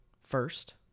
first